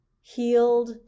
healed